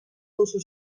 duzu